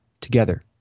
together